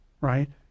Right